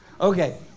Okay